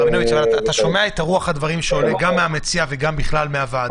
אתה שומע את רוח הדברים שעולה גם מהמציע ובכלל מהוועדה.